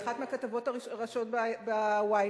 באחת מהכתבות הראשיות ב-Ynet,